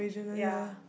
ya